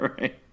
right